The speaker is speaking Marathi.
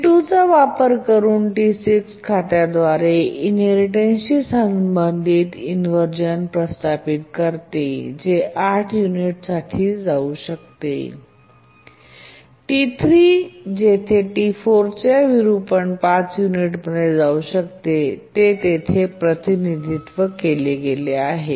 T2 चा वापर करुन T6 खात्याद्वारे इनहेरिटेन्सशी संबंधित इनव्हर्जन प्रस्तापित करते जे 8 युनिट्ससाठी जाऊ शकते T3 येथे T4 च्य 5 युनिटमध्ये जाऊ शकते ते तेथे प्रतिनिधित्व केले गेले आहे